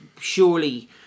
surely